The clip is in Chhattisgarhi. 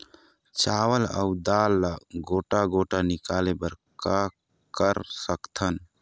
चावल अऊ दाल ला गोटा गोटा निकाले बर का कर सकथन?